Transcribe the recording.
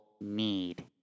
need